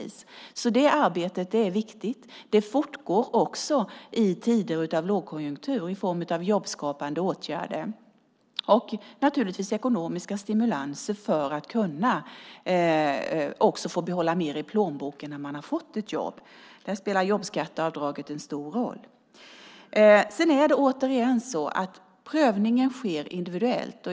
Det arbetet är viktigt. Det fortgår också i tider av lågkonjunktur i form av jobbskapande åtgärder och naturligtvis ekonomiska stimulanser för att man ska kunna behålla mer i plånboken när man har fått ett jobb. Där spelar jobbskatteavdraget en stor roll. Prövningen sker individuellt.